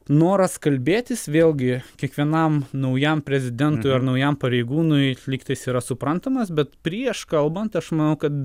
noras kalbėtis vėlgi kiekvienam naujam prezidentui ar naujam pareigūnui lygtais yra suprantamas bet prieš kalbant aš manau kad